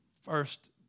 first